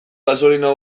gasolina